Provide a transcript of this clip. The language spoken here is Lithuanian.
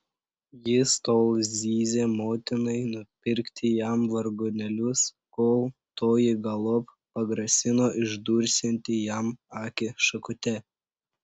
jis tol zyzė motinai nupirkti jam vargonėlius kol toji galop pagrasino išdursianti jam akį šakute